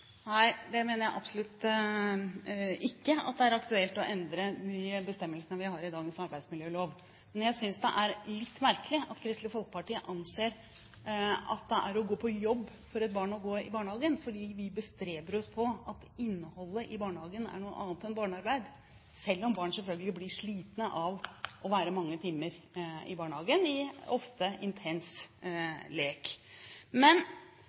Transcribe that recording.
mener absolutt ikke at det er aktuelt å endre de bestemmelsene vi har i dagens arbeidsmiljølov. Men jeg synes det er litt merkelig at Kristelig Folkeparti ser det slik at det er å gå på jobb for et barn å gå i barnehagen, for vi bestreber oss på at innholdet i barnehagen skal være noe annet enn barnearbeid – selv om barn selvfølgelig blir slitne av å være mange timer i barnehagen, ofte i intens lek. Men